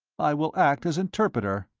i will act as interpreter.